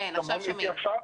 טכנית,